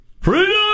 Freedom